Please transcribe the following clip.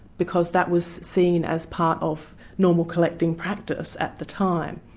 because that was seen as part of normal collecting practice at the time.